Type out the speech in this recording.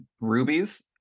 rubies